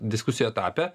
diskusijų etape